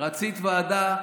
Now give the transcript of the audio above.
רצית ועדה,